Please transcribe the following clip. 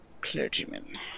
clergyman